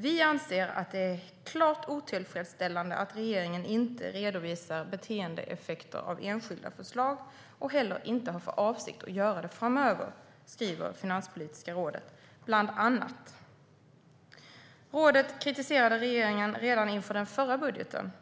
"Vi anser att det är klart otillfredsställande att regeringen inte redovisar beteendeeffekter av enskilda förslag och heller inte har för avsikt att göra det framöver", skriver Finanspolitiska rådet, bland annat. Rådet kritiserade regeringen redan inför den förra budgeten.